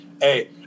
Hey